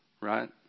right